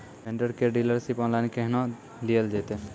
Vendor केर dealership online केहनो लियल जेतै?